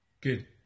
Good